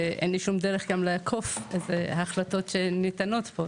ואין לי שום דרך לעקוף את ההחלטות שניתנות פה,